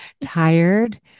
tired